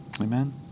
Amen